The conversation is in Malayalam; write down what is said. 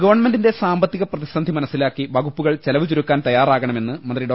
ഗവൺമെന്റിന്റെ സാമ്പത്തിക പ്രതിസന്ധി മനസ്സിലാക്കി വകുപ്പുകൾ ചെലവുചുരുക്കാൻ തയ്യാറാകണമെന്ന് മന്ത്രി ഡോ